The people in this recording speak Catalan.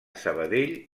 sabadell